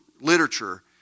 literature